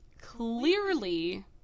clearly